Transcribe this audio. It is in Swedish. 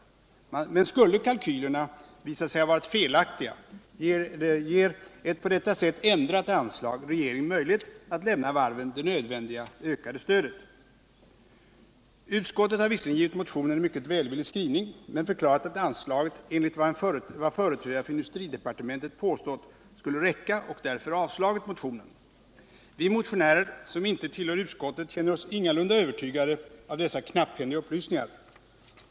Men skulle kalkylerna visa sig ha varit felaktiga ger ett på detta sätt ändrat anslag regeringen möjlighet att lämna varven det nödvändiga ökade stödet. Utskottet har visserligen givit motionen en mycket välvillig skrivning men förklarat att anslaget, enligt vad företrädare för industridepartementet påstått, skulle räcka och därför avslagit motionen. Vi motionärer som inte tillhör utskottet känner oss ingalunda övertygade av dessa knapphändiga upplysningar.